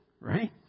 right